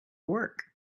work